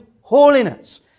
holiness